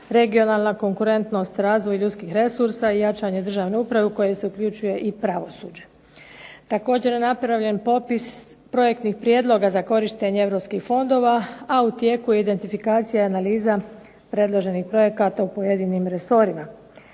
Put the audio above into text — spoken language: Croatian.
regionalna konkurentnost, razvoj ljudskih resursa, jačanje državne uprave u koju se uključuje i pravosuđe. Također je napravljen popis projektnih prijedloga za korištenje europskih fondova, a u tijeku je identifikacija i analiza predloženih projekata u pojedinim resorima.